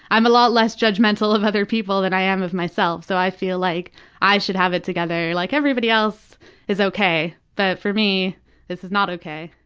i'm a lot less judgmental of other people than i am of myself so i feel like i should have it together. like everybody else is okay, but for me this is not okay.